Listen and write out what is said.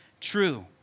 true